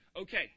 okay